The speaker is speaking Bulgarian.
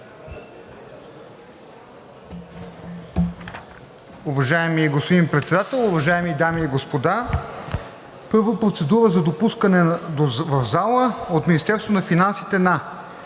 Уважаеми господин Председател, уважаеми дами и господа! Първо процедура за допускане в залата: от Министерството на финансите: